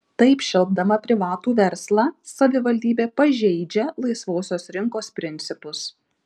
taip šelpdama privatų verslą savivaldybė pažeidžia laisvosios rinkos principus